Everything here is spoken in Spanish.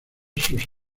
sus